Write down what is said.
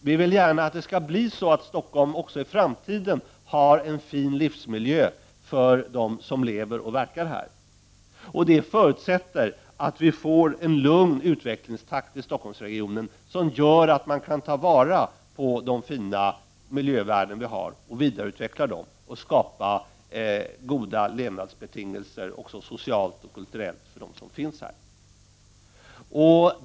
Vi vill gärna att Stockholm även i framtiden har en fin livsmiljö för dem som lever och verkar här. Det förutsätter att vi får en lugn utvecklingstakt i Stockholmsregionen som gör att det går att ta vara på de fina miljövärden som finns och vidareutveckla dem och skapa goda levnadsbetingelser också socialt och kulturellt för dem som lever här.